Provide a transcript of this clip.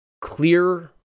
clear